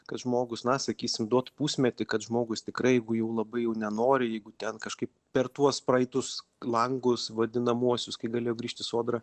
kad žmogus na sakysim duot pusmetį kad žmogus tikrai jeigu jau labai jau nenori jeigu ten kažkaip per tuos praeitus langus vadinamuosius kai galėjo grįžt į sodrą